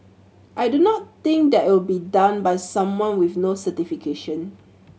I do not think that will be done by someone with no certification